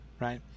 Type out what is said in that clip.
right